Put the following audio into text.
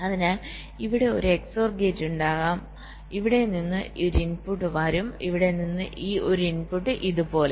അതിനാൽ ഇവിടെ ഒരു XOR ഗേറ്റ് ഉണ്ടാകാം അതിനാൽ ഇവിടെ നിന്ന് ഒരു ഇൻപുട്ട് വരും ഇവിടെ നിന്ന് ഒരു ഇൻപുട്ട് ഇതുപോലെ